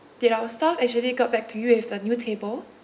did our staff actually got back to you with the new table